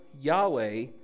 Yahweh